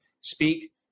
speak